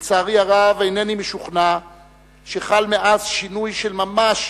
לצערי הרב אינני משוכנע שחל מאז שינוי של ממש